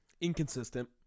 Inconsistent